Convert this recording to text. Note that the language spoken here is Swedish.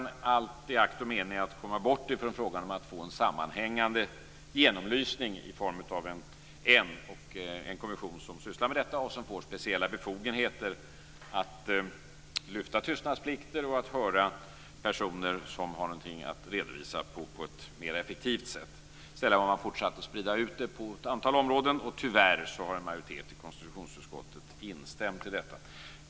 Det gör man i akt och mening för att komma bort från frågan om att få en sammanhängande genomlysning i form av en kommission som sysslar med detta och som får speciella befogenheter att lyfta tystnadsplikter och höra personer som har något att redovisa på ett mer effektivt sätt. Sedan har man fortsatt att sprida ut det här på ett antal områden, och tyvärr har en majoritet i konstitutionsutskottet instämt i detta.